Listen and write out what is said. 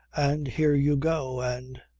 and here you go and.